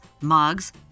mugs